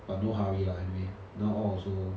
but no hurry lah anyway now all also